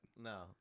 No